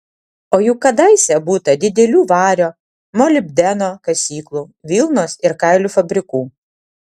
o juk kadaise būta didelių vario molibdeno kasyklų vilnos ir kailių fabrikų